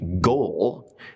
goal